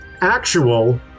actual